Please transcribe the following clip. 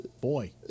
Boy